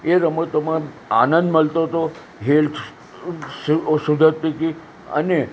એ રમતોમાં આનંદ મલતો તો હેલ્થ સુધર સુધરતી હતી અને